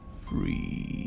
free